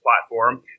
platform